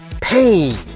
Pain